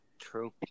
true